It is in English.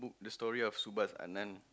the story of Subhas-Anandan